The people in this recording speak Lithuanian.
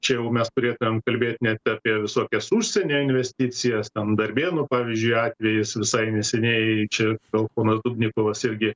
čia jau mes turėtumėm kalbėt net apie visokias užsienio investicijas ten darbėnų pavyzdžiui atvejis visai neseniai čia gal ponas dubnikovas irgi